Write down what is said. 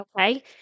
Okay